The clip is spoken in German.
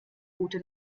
route